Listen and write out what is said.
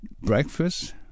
breakfast